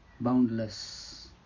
boundless